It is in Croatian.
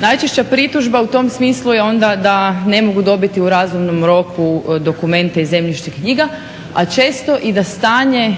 Najčešća pritužba u tom smislu je onda da ne mogu dobiti u razumnom roku dokumente iz zemljišnih knjiga, a često i da stanje